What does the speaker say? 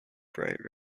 bright